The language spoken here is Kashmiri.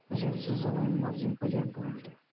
أسۍ حظ زٕ زٕ ہُم مَنٛز پٕلَین کانٛگرِ